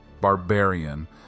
barbarian